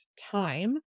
time